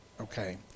Okay